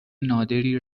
نادری